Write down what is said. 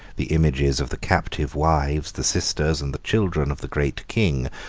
the images of the captive wives, the sisters, and the children of the great king,